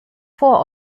vor